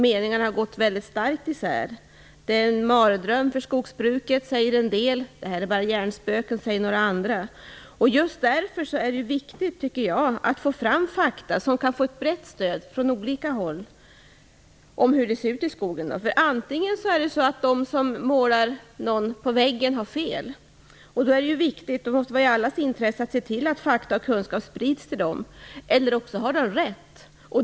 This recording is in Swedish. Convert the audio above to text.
Meningarna har gått väldigt starkt isär. Det är en mardröm för skogsbruket, säger en del. Det här är bara hjärnspöken, säger andra. Just därför är det viktigt, tycker jag, att få fram fakta som kan få ett brett stöd från olika håll. Antingen har de som målar någon på väggen fel - och då är det viktigt och i allas intresse att se till att kunskap sprids till dem - eller också har de rätt.